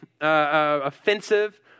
offensive